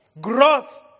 growth